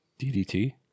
DDT